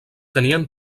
tenien